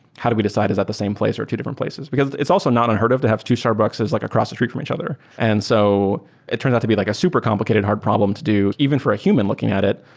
how do we decide? is that the same place or two different places? because it's also not unheard of to have two starbuckses like across street from each other. and so it turned outs to be like a super complicated hard problem to do even for a human looking at it,